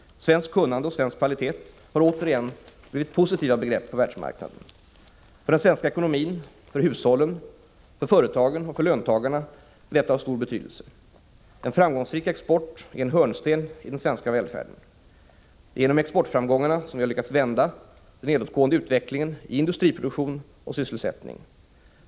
Svenskt kunnande och svensk kvalitet har återigen blivit positiva begrepp på världsmarknaden. För den svenska ekonomin, för hushållen, för företagen och för löntagarna är detta av stor betydelse. En framgångsrik export är en hörnsten i den svenska välfärden. Det är genom exportframgångarna som vi har lyckats vända den nedåtgående utvecklingen i industriproduktion och sysselsättning.